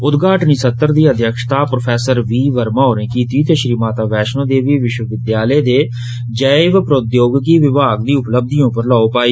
उद्घाटनी संत्र दी अध्यक्षता प्रोफैसर वी वर्मा होरे कीती ते श्री माता वैश्णो देवी विष्वविद्यालय दे जैव प्रोद्योगिकी विभाग दी उपलब्वीयें पर लौ पाई